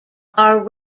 are